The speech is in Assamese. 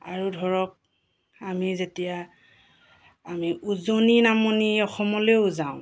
আৰু ধৰক আমি যেতিয়া আমি উজনি নামনি অসমলৈও যাওঁ